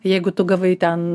jeigu tu gavai ten